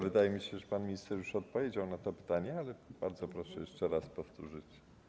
Wydaje mi się, że pan minister już odpowiedział na to pytanie, ale bardzo proszę jeszcze raz powtórzyć.